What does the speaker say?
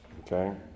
Okay